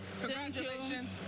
congratulations